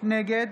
נגד